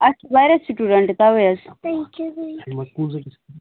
اَسہِ چھِ واریاہ سِٹوڈنٛٹ تَوے حظ